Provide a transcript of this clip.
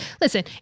listen